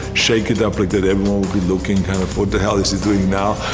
shake it up like that. everyone would be looking, kind of, what the hell is he doing now?